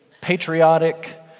patriotic